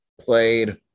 played